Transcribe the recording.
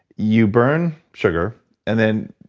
you burn sugar and then,